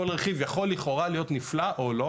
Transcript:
כל רכיב יכול לכאורה להיות נפלא או לא,